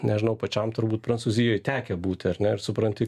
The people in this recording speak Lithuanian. nežinau pačiam turbūt prancūzijoj tekę būti ar ne ir supranti